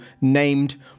named